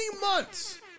months